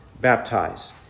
baptize